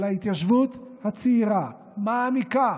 אבל ההתיישבות הצעירה מעמיקה